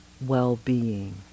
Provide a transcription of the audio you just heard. well-being